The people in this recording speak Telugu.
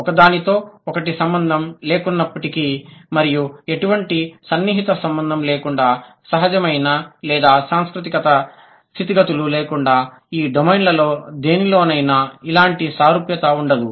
ఒకదానితో ఒకటి సంబంధం లేకున్నప్పిటికి మరియు ఎటువంటి సన్నిహిత సంబంధం లేకుండా సహజమైన లేదా సాంస్కృతిక స్థితిగతులు లేకుండా ఈ డొమైన్లలో దేనిలోనైనా ఇలాంటి సారూప్యత ఉండదు